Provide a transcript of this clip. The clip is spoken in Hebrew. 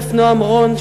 סגן-אלוף נועם רון,